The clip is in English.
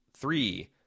Three